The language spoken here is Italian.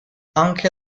anche